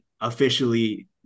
officially